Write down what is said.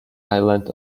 island